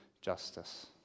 justice